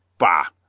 bah,